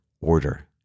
order